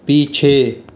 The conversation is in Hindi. पीछे